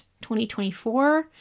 2024